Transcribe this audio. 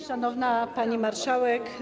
Szanowna Pani Marszałek!